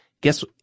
Guess